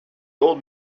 old